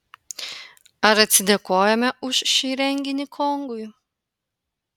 ar atsidėkojame už šį renginį kongui